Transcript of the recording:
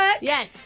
Yes